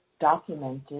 documented